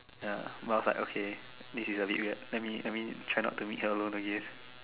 ya but I was like okay this is a bit weird let me let me try not to meet her alone again